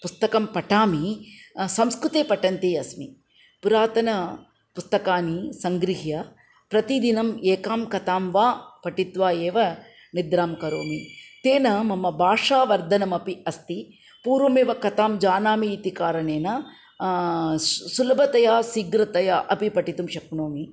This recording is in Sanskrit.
पुस्तकं पठामि संस्कृते पठन्ति अस्मि पुरातनपुस्तकानि सङ्गृह्य प्रतिदिनम् एकां कथां वा पठित्वा एव निद्रां करोमि तेन मम भाषावर्धनमपि अस्ति पूर्वमेव कथां जानामि इति कारणेन सुलभतया शीघ्रतया अपि पठितुं शक्नोमि